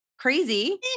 Crazy